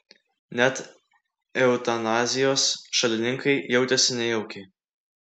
net eutanazijos šalininkai jautėsi nejaukiai